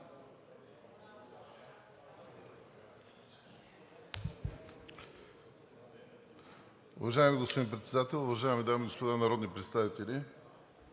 Уважаеми господин Председател, дами и господа народни представители!